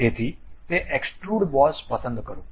તેથી તે extrude boss પસંદ કરો